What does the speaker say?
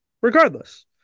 regardless